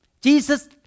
Jesus